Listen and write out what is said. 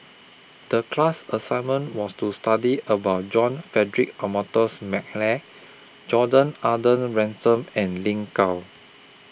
The class assignment was to study about John Frederick Adolphus Mcnair Gordon Arthur Ransome and Lin Gao